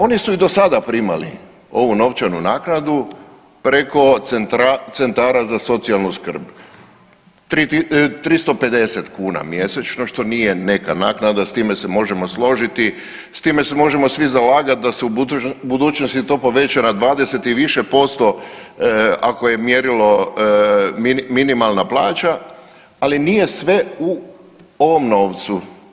Oni su i do sada primali ovu novčanu naknadu preko Centara za socijalnu skrb 350 kuna mjesečno što nije neka naknada s time se možemo složiti, s time se možemo svi zalagati da se u budućnosti to poveća na 20 i više posto ako je mjerilo minimalna plaća ali nije sve u ovom novcu.